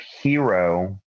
Hero